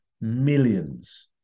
millions